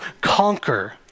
conquer